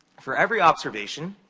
for every observation,